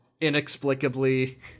inexplicably